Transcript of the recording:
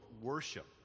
worship